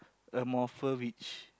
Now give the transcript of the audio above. a morpher which